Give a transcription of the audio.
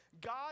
God